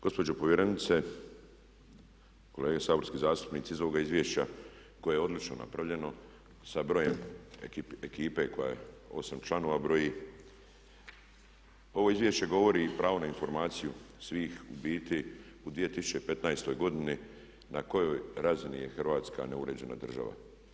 Gospođo povjerenice, kolege saborski zastupnici iz ovoga izvješća koje je odlično napravljeno sa brojem ekipe koja 8 članova broji ovo izvješće govori o pravu na informaciju svih u biti u 2015. godini na kojoj razini je Hrvatska neuređena država.